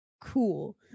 cool